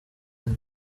ine